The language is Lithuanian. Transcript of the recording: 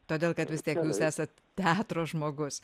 todėl kad vis tiek jūs esat teatro žmogus